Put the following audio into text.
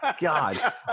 God